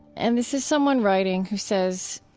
and this is someone writing who says,